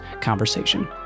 conversation